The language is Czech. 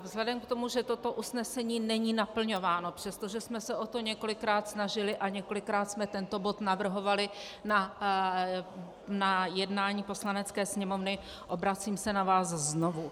Vzhledem k tomu, že toto usnesení není naplňováno, přestože jsme se o to několikrát snažili a několikrát jsme tento bod navrhovali na jednání Poslanecké sněmovny, obracím se na vás znovu.